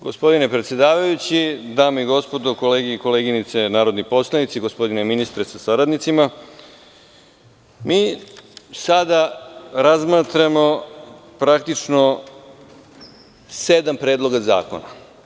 Gospodine predsedavajući, dame i gospodo, kolege i koleginice, gospodine ministre sa saradnicima, sada razmatramo praktično sedam predloga zakona.